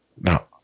Now